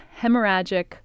hemorrhagic